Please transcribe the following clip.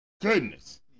Goodness